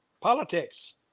Politics